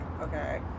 Okay